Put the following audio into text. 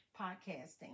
podcasting